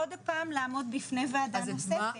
עוד הפעם לעמוד בפני וועדה נוספת.